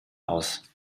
aus